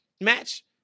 match